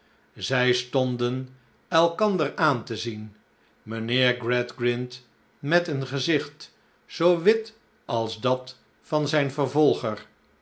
zij stonden elkander aan te zien mijnheer gradgrind met een gezicht zoo wit als dat van zijn vervolger